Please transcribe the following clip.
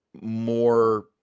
more